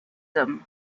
hommes